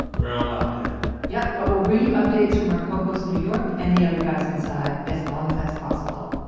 we're on lockdown yep. but we'll bring you updates from our cohost, new york and the other guys inside, as long as that's possible.